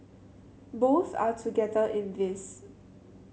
both are together in this